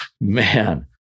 Man